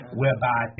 whereby